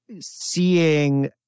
seeing